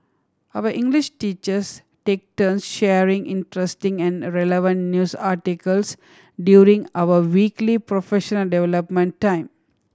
our English teachers take turns sharing interesting and relevant news articles during our weekly professional development time